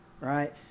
right